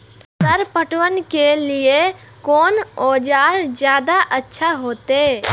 Sir पटवन के लीऐ कोन औजार ज्यादा अच्छा होते?